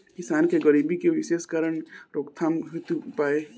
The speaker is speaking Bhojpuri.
किसान के गरीबी के विशेष कारण रोकथाम हेतु उपाय?